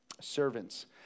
Servants